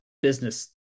business